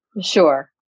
Sure